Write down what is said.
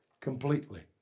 Completely